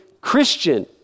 Christian